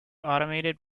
automated